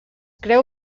creu